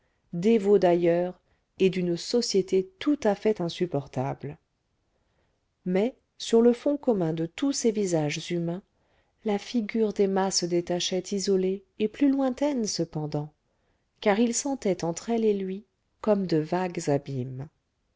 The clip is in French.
dévots d'ailleurs et d'une société tout à fait insupportable mais sur le fond commun de tous ces visages humains la figure d'emma se détachait isolée et plus lointaine cependant car il sentait entre elle et lui comme de vagues abîmes